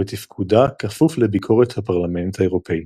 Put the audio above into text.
ותפקודה כפוף לביקורת הפרלמנט האירופי,